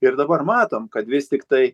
ir dabar matom kad vis tiktai